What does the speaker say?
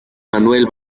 manuel